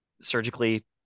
surgically